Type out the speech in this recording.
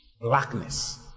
Blackness